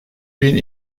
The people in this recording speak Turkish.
bin